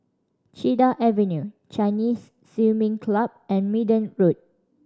Cedar Avenue Chinese Swimming Club and Minden Road